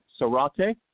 Sorate